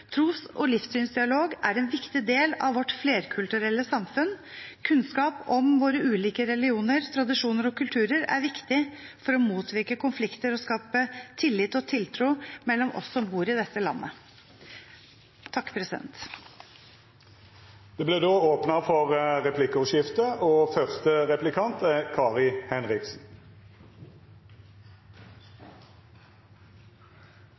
Tros- og livssynsdialog er en viktig del av vårt flerkulturelle samfunn. Kunnskap om våre ulike religioner, tradisjoner og kulturer er viktig for å motvirke konflikter og skape tillit og tiltro mellom oss som bor i dette landet. Det vert replikkordskifte. Denne høsten og dette budsjettet har vært preget av én ting, og det er kutt, kutt, kutt. Regjeringa støvsugde budsjettet for